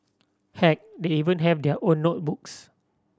heck they even have their own notebooks